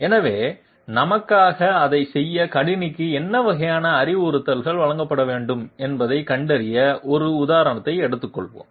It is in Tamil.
எனவே நமக்காக அதைச் செய்ய கணினிக்கு என்ன வகையான அறிவுறுத்தல்கள் வழங்கப்பட வேண்டும் என்பதைக் கண்டறிய ஒரு உதாரணத்தை எடுத்துக்கொள்வோம்